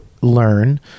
learn